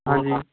ਹਾਂਜੀ